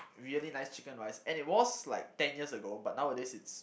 really nice chicken-rice and it was like ten years ago but nowadays it's